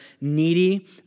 needy